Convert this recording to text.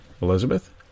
Elizabeth